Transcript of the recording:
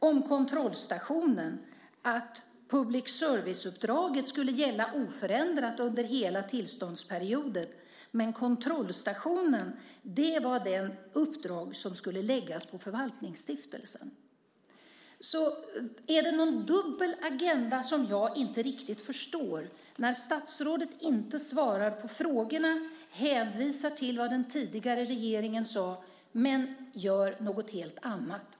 Om kontrollstationen kan man läsa att public service-uppdraget skulle gälla oförändrat under hela tillståndsperioden, men kontrollstationen var det uppdrag som skulle läggas på Förvaltningsstiftelsen. Är det någon dubbel agenda som jag inte riktigt förstår när statsrådet inte svarar på frågorna, hänvisar till vad den tidigare regeringen sade men gör något helt annat?